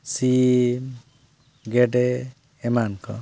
ᱥᱤᱢ ᱜᱮᱰᱮ ᱮᱢᱟᱱ ᱠᱚ